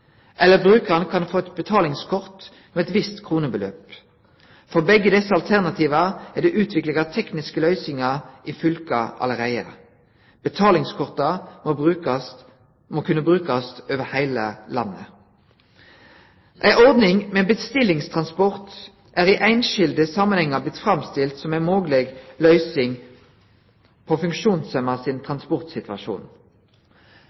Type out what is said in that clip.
eller brukaren kan få eit betalingskort med eit visst kronebeløp. For begge desse alternativa er det utvikla tekniske løysingar i fylka allereie. Betalingskorta må kunne brukast over heile landet. Ei ordning med bestillingstransport er i einskilde samanhengar blitt framstilt som ei mogleg løysing på funksjonshemma sin